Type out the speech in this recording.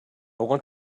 want